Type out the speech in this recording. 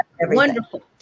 wonderful